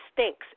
stinks